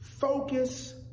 focus